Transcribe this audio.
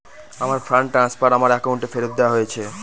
আমার fund transfer আমার অ্যাকাউন্টে ফেরত দেওয়া হয়েছে